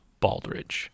Baldridge